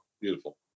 Beautiful